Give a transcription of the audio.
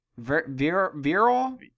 Viral